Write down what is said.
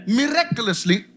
miraculously